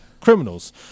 criminals